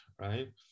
right